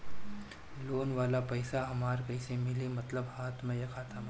Loan वाला पैसा हमरा कइसे मिली मतलब हाथ में या खाता में?